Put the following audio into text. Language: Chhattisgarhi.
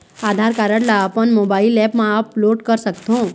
आधार कारड ला अपन मोबाइल ऐप मा अपलोड कर सकथों?